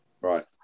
right